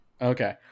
Okay